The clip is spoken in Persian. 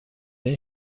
این